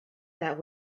that